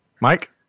Mike